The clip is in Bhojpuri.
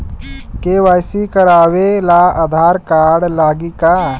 के.वाइ.सी करावे ला आधार कार्ड लागी का?